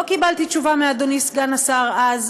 לא קיבלתי תשובה מאדוני סגן השר אז.